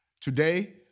Today